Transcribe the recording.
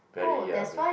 very uh